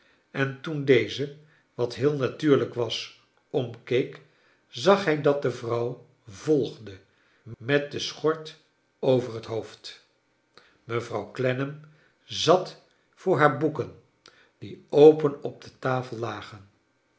en toen deze wat heel natuurlijk was omkeek zag hij dat de vrouw volgde met de schort over het hoofd mevrouw clennam zat voor haar boeken die open op de tafel lagen